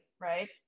right